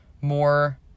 More